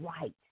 right